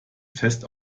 fest